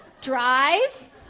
Drive